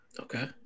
Okay